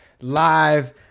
live